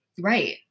right